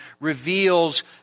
reveals